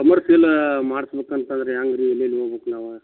commercial ಮಾಡಿಸ್ಬೇಕಂತಂದ್ರೆ ಹೆಂಗ್ ರೀ ಎಲ್ಲೆಲ್ಲಿ ಹೋಬೇಕ್ ನಾವು